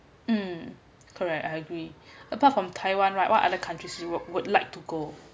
mm correct I agree apart from taiwan right what other countries you would would like to go